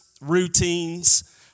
routines